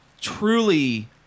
truly